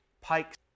pike